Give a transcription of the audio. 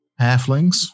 halflings